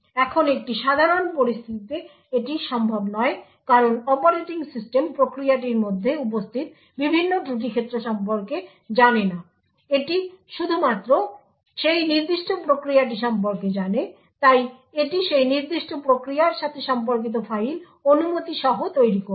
এখন একটি সাধারণ পরিস্থিতিতে এটি সম্ভব নয় কারণ অপারেটিং সিস্টেম প্রক্রিয়াটির মধ্যে উপস্থিত বিভিন্ন ত্রুটি ক্ষেত্র সম্পর্কে জানে না এটি শুধুমাত্র সেই নির্দিষ্ট প্রক্রিয়াটি সম্পর্কে জানে তাই এটি সেই নির্দিষ্ট প্রক্রিয়ার সাথে সম্পর্কিত ফাইল অনুমতি সহ তৈরি করবে